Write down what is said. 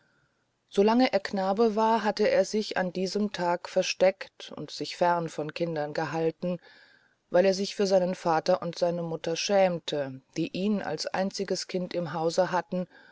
lange er knabe war hatte er sich an diesem tag versteckt und sich fern von kindern gehalten weil er sich für seinen vater und seine mutter schämte die ihn als einziges kind im hause hatten